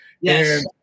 Yes